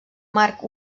marc